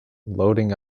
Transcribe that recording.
loading